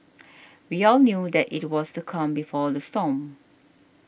we all knew that it was the calm before the storm